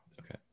Okay